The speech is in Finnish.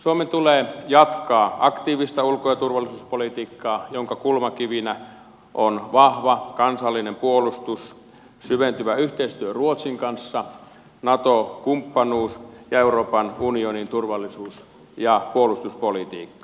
suomen tulee jatkaa aktiivista ulko ja turvallisuuspolitiikkaa jonka kulmakivinä on vahva kansallinen puolustus syventyvä yhteistyö ruotsin kanssa nato kumppanuus ja euroopan unionin turvallisuus ja puolustuspolitiikka